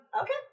Okay